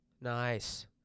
Nice